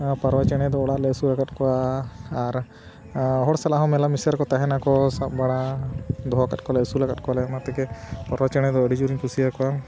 ᱯᱟᱣᱨᱟ ᱪᱮᱬᱮ ᱫᱚ ᱚᱲᱟᱜ ᱨᱮᱞᱮ ᱟᱹᱥᱩᱞ ᱟᱠᱟᱫ ᱠᱚᱣᱟ ᱟᱨ ᱦᱚᱲ ᱥᱟᱞᱟᱜ ᱦᱚᱸ ᱢᱮᱞᱟ ᱢᱮᱥᱟ ᱨᱮᱠᱚ ᱛᱟᱦᱮᱱᱟᱠᱚ ᱥᱟᱵ ᱵᱟᱲᱟ ᱫᱚᱦᱚᱣ ᱠᱟᱫ ᱠᱚᱣᱟᱞᱮ ᱟᱹᱥᱩᱞ ᱟᱠᱟᱫ ᱠᱚᱣᱟᱞᱮ ᱚᱱᱟ ᱛᱮᱜᱮ ᱯᱟᱣᱨᱟ ᱪᱮᱬᱮ ᱫᱚ ᱟᱹᱰᱤ ᱡᱳᱨᱤᱧ ᱠᱩᱥᱤᱭᱟᱠᱚᱣᱟ